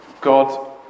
God